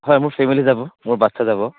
হয় মোৰ ফেমিলি যাব মোৰ বাচ্ছা যাব